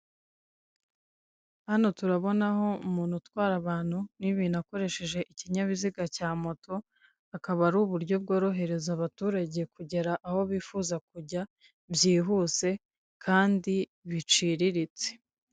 Hano turabonaho umuntu utwara abantu n'ibintu, akoresheje ikinyabiziga cya moto, akaba ari uburyo bworohereza abaturage kugera aho bifuza kujya, byihuse kandi biciriritse.